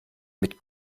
mit